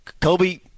Kobe